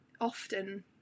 often